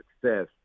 success